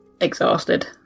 exhausted